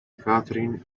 catherine